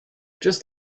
just